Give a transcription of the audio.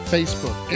Facebook